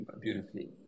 beautifully